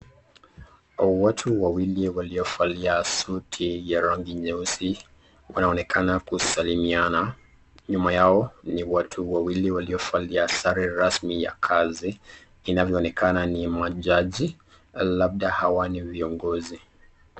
Watu wawili waliovalia suti ya rangi nyeusi wanaonekana kusalimiana. Nyuma yao ni watu wawili waliofalia sare rasmi ya kazi. Inavyoonekana ni majaji labda hawa ni viongozi.